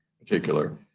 particular